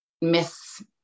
miss